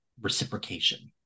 reciprocation